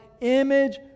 image